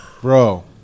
Bro